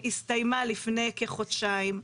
הסתיימה לפני כחודשיים.